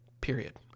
Period